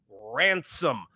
ransom